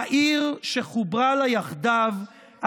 העיר שחוברה לה יחדיו,